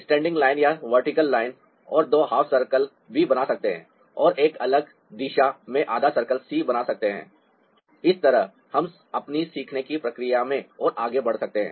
standing line या एक vertical line और दो हाफ सर्कल बी बना सकते हैं और एक अलग दिशा में आधा सर्कल सी बना सकता है और इस तरह हम अपनी सीखने की प्रक्रिया में और आगे बढ़ सकते हैं